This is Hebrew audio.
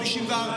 הסתייגות 50 לא